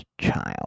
child